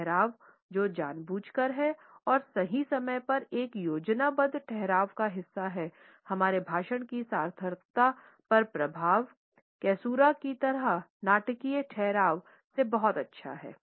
ठहराव जो जानबूझकर हैं और सही समय पर एक योजनाबद्ध ठहराव का हिस्सा हैं हमारे भाषण की सार्थकता पर प्रभाव कैसुरा की तरह नाटकीय ठहराव से बहुत अच्छा है